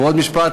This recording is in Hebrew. ועוד משפט,